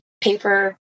paper